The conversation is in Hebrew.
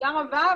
תודה רבה,